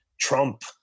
Trump